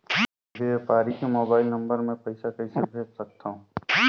व्यापारी के mobile number मे पईसा कइसे भेज सकथव?